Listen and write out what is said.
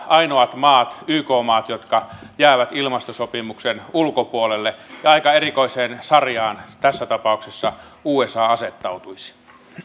ainoat yk maat jotka jäävät ilmastosopimuksen ulkopuolelle aika erikoiseen sarjaan tässä tapauksessa usa asettautuisi